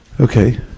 Okay